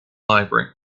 library